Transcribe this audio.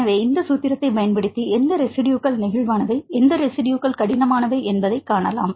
எனவே இந்த சூத்திரத்தைப் பயன்படுத்தி எந்த ரெஸிட்யுகள் நெகிழ்வானவை எந்த ரெஸிட்யுகள் கடினமானவை என்பதைக் காணலாம்